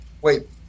Wait